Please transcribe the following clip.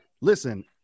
listen